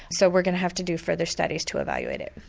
so we're going to have to do further studies to evaluate it.